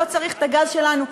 לא צריך את הגז שלנו.